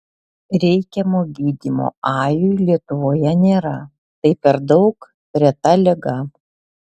reikiamo gydymo ajui lietuvoje nėra tai per daug reta liga